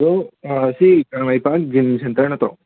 hello ꯁꯤ Kangleipak gym centre ꯅꯠꯇ꯭ꯔꯣ